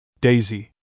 Daisy